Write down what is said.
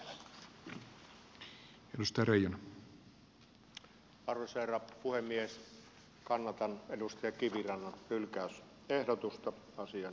kannatan edustaja kivirannan hylkäysehdotusta asian osalta